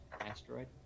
Asteroid